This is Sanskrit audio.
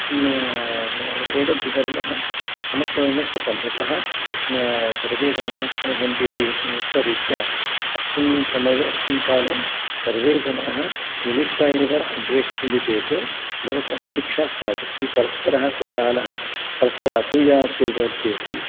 एतत् धर्मः कृतं यतः सर्वे जनाः सुखिनो भवन्तु इति उक्तरीत्या अस्मिन् समये अस्मिन् काले सर्वे जनाः मिलित्वा एव अग्रे गच्छन्ति चेत् लोकसुभिक्षा स्यात् ते परस्परं कोलाहलः परस्पर असूया चेत्